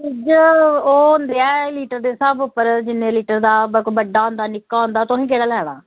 fridge ओह् होंदा ऐ लीटर दे स्हाब उप्पर जिन्ने लीटर दा कोई बड्डा होंदा कोई निक्का होंदा तुसें केह्डा लैना